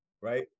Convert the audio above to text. right